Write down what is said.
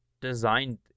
designed